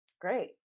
great